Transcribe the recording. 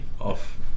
off